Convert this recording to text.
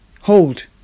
hold